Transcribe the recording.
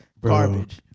garbage